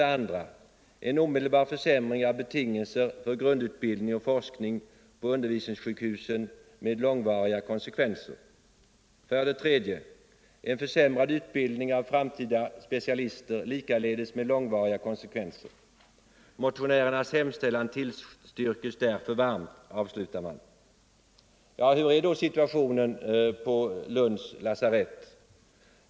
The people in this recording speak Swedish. En omedelbar försämring av betingelser för grundutbildning och forskning på undervisningssjukhusen med långvariga konsekvenser. 3. En försämrad utbildning av framtida specialister, likaledes med långvariga konsekvenser. Hurdan är då situationen vid lasarettet i Lund?